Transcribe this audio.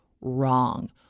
wrong